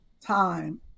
time